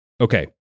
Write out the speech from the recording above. Okay